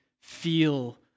feel